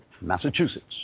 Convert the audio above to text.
Massachusetts